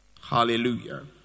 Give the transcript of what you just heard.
Hallelujah